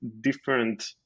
different